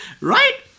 Right